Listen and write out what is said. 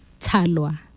Talua